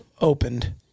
opened